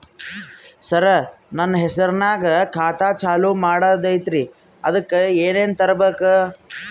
ಸರ, ನನ್ನ ಹೆಸರ್ನಾಗ ಖಾತಾ ಚಾಲು ಮಾಡದೈತ್ರೀ ಅದಕ ಏನನ ತರಬೇಕ?